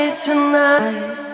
tonight